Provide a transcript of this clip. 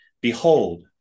Behold